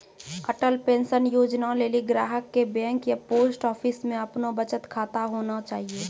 Atal pension योजना लेली ग्राहक के बैंक या पोस्ट आफिसमे अपनो बचत खाता होना चाहियो